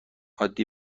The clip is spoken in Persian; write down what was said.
عادی